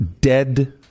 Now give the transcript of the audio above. dead